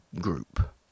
group